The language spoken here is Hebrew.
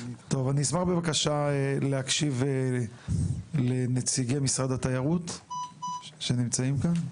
אני אשמח בבקשה להקשיב לנציגי משרד התיירות שנמצאים כאן.